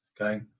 okay